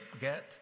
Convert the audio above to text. get